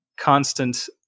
constant